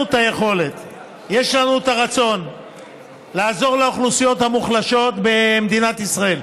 יש לנו את הרצון לעזור לאוכלוסיות המוחלשות במדינת ישראל.